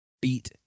beat